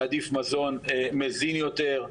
להעדיף מזון מזין יותר,